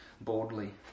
boldly